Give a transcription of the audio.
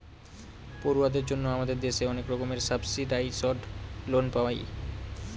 পড়ুয়াদের জন্য আমাদের দেশে অনেক রকমের সাবসিডাইসড লোন পায়